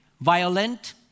violent